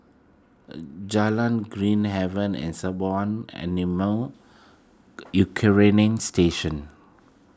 Jalan Green Haven and Sembawang Animal U Quarantine Station